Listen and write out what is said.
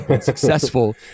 successful